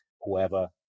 whoever